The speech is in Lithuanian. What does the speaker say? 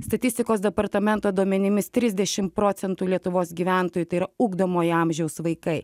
statistikos departamento duomenimis trisdešim procentų lietuvos gyventojų tai yra ugdomojo amžiaus vaikai